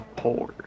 poor